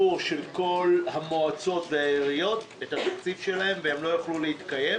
התקציב של המועצות והעיריות והן לא יוכלו להתקיים